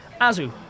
Azu